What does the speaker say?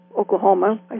Oklahoma